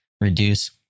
reduce